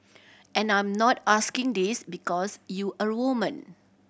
and I'm not asking this because you're a woman